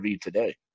today